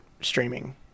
streaming